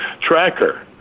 tracker